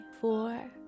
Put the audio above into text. four